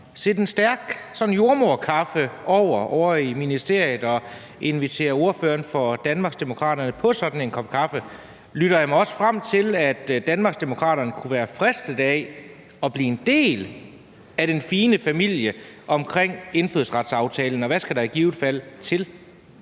sætte en stærk jordemoderkaffe over ovre i ministeriet og invitere ordføreren for Danmarksdemokraterne på sådan en kop kaffe, kunne Danmarksdemokraterne være fristet af at blive en del af den fine familie omkring indfødsretsaftalen. Hvad skal der i givet fald til?